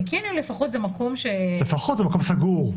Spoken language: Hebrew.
בקניון לפחות זה מקום ש --- לפחות זה מקום סגור,